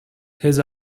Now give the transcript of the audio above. his